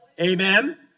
amen